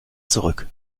zurück